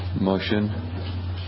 Motion